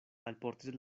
alportis